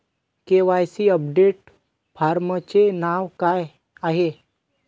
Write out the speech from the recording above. KYC update फॉर्मचे नाव काय आहे?